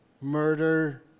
murder